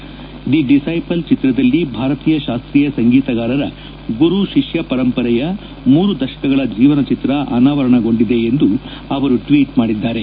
the disciple ಚಿತ್ರದಲ್ಲಿ ಭಾರತೀಯ ಶಾಸ್ತೀಯ ಸಂಗೀತಗಾರರ ಗುರು ಶಿಷ್ಲ ಪರಂಪರೆಯ ಮೂರು ದಶಕಗಳ ಜೀವನಚಿತ್ರ ಅನಾವರಣಗೊಂಡಿದೆ ಎಂದು ಅವರು ಟ್ರೀಟ್ ಮಾಡಿದ್ದಾರೆ